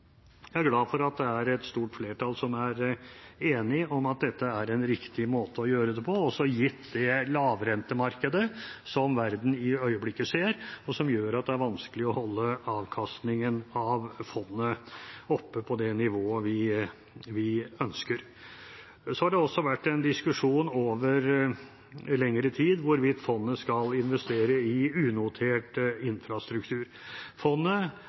Jeg er glad for at det er et stort flertall som er enige om at dette er en riktig måte å gjøre det på, også gitt det lavrentemarkedet som verden i øyeblikket ser, og som gjør at det er vanskelig å holde avkastningen av fondet oppe på det nivået vi ønsker. Det har også vært en diskusjon over lengre tid om hvorvidt fondet skal investere i unotert